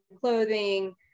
clothing